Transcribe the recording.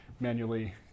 manually